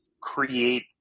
create